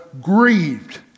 grieved